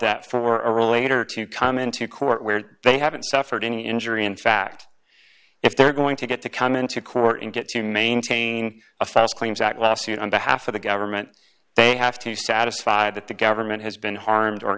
that for a later to come into court where they haven't suffered any injury in fact if they're going to get to come into court and get to maintain a fast claims act lawsuit on behalf of the government they have to be satisfied that the government has been harmed or